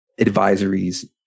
advisories